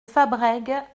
fabrègues